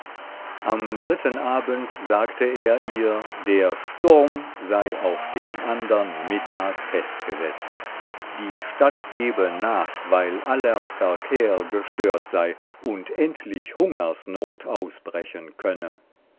am dritten abend sagte er ihr der sturm sei auf den andern mittag festgesetzt die stadt gebe nach weil aller verkehr gestört sei und endlich hungersnot ausbrechen könne